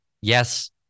yes